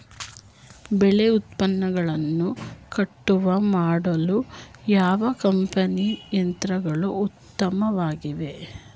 ಬೆಳೆ ಉತ್ಪನ್ನಗಳನ್ನು ಕಟಾವು ಮಾಡಲು ಯಾವ ಕಂಪನಿಯ ಯಂತ್ರಗಳು ಉತ್ತಮವಾಗಿವೆ?